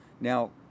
Now